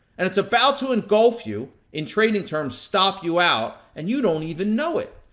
and it's about to engulf you, in trading terms, stop you out. and you don't even know it.